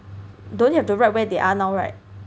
you don't have to write where they are now right